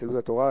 יהדות התורה,